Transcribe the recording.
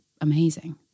amazing